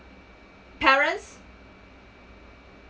parents